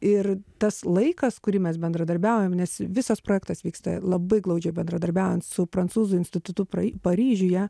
ir tas laikas kurį mes bendradarbiaujam nes visas projektas vyksta labai glaudžiai bendradarbiaujant su prancūzų institutu prai paryžiuje